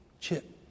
chip